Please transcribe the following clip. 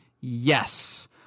yes